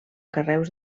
carreus